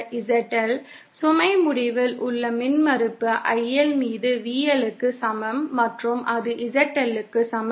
ZL சுமை முடிவில் உள்ள மின்மறுப்பு IL மீது VL க்கு சமம் மற்றும் அது ZL க்கு சமம்